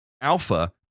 alpha